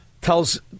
tells